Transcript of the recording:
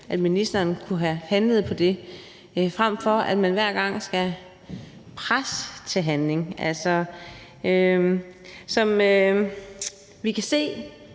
at ministeren kunne have handlet på det, frem for at man hver gang skal presse til handling. Som vi kan se,